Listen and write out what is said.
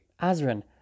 Azrin